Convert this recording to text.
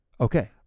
Okay